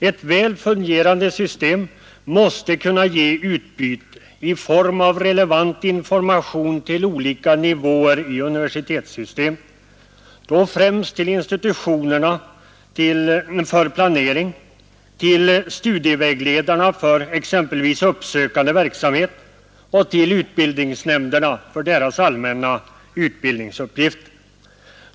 Ett väl fungerande system måste kunna ge utbyte i form av relevant information till olika nivåer i universitetssystemet, främst till institutionerna för planering, till studievägledarna för exempelvis uppsökande verksamhet och till utbildningsnämnderna för deras allmänna utbildningsuppgift.